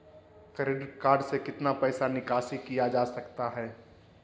Credit card से कितना पैसा निकासी किया जा सकता है?